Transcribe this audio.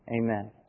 Amen